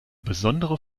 besondere